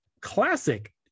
classic